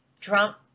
Trump